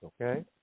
Okay